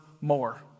more